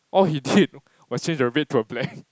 all he did was changed the red to a black